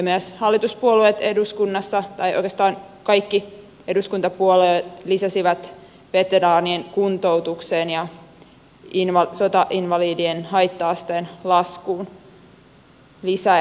myös hallituspuolueet eduskunnassa tai oikeastaan kaikki eduskuntapuolueet lisäsivät veteraanien kuntoutukseen ja sotainvalidien haitta asteen laskuun lisäeuroja